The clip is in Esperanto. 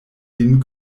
vin